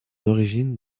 origine